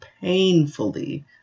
painfully